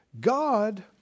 God